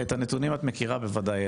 את הנתונים את מכירה בוודאי,